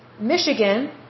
Michigan